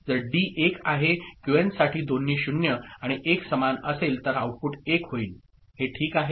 जर डी 1 आहे क्यूएन साठी दोन्ही 0 आणि 1 समान असेल तर आउटपुट 1 होईल हे ठीक आहे